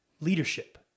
leadership